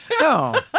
no